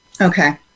Okay